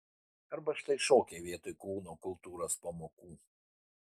arba štai šokiai vietoj kūno kultūros pamokų